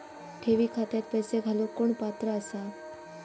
ठेवी खात्यात पैसे घालूक कोण पात्र आसा?